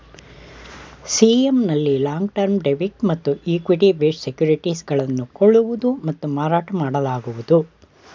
CM ನಲ್ಲಿ long term debit ಮತ್ತು equity based securities ಗಳನ್ನು ಕೊಳ್ಳುವುದು ಮತ್ತು ಮಾರಾಟ ಮಾಡಲಾಗುವುದು